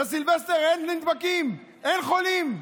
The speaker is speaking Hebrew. בסילבסטר אין נדבקים, אין חולים,